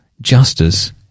justice